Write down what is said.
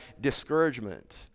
discouragement